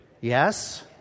yes